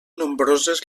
nombroses